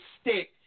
stick